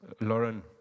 Lauren